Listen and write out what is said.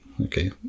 okay